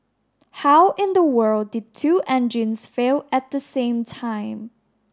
how in the world did two engines fail at the same time